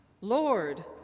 Lord